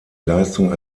leistung